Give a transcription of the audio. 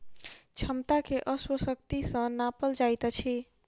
क्षमता के अश्व शक्ति सॅ नापल जाइत अछि